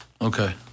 Okay